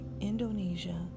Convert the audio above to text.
Indonesia